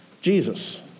Jesus